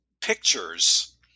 pictures